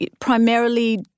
primarily